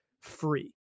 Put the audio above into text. free